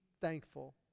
thankful